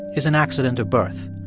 is an accident of birth.